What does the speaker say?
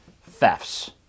thefts